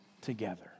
together